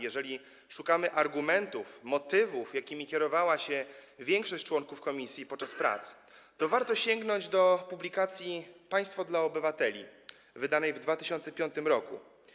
Jeżeli szukamy argumentów, motywów, jakimi kierowała się większość członków komisji podczas prac, to warto sięgnąć do publikacji „Państwo dla obywateli” wydanej w 2005 r.